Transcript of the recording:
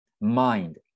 mind